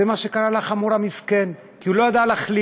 זה מה שקרה לחמור המסכן, כי הוא לא ידע להחליט.